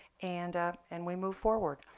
and and we move forward.